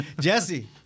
Jesse